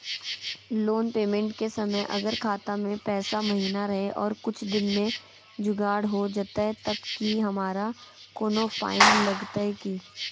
Loan payment के समय अगर खाता में पैसा महिना रहै और कुछ दिन में जुगाड़ हो जयतय तब की हमारा कोनो फाइन लगतय की?